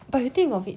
but you think of it